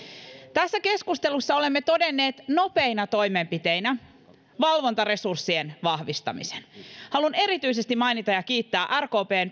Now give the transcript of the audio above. tässä keskustelussa olemme todenneet nopeina toimenpiteinä valvontaresurssien vahvistamisen haluan erityisesti mainita ja kiittää rkpn